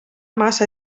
massa